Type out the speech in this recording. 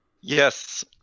Yes